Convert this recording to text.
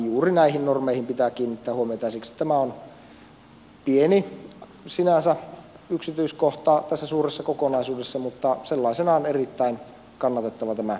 juuri näihin normeihin pitää kiinnittää huomiota ja siksi tämä on sinänsä pieni yksityiskohta tässä suuressa kokonaisuudessa mutta sellaisenaan erittäin kannatettava tämä edustaja männistön aloite